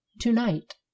tonight